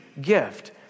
gift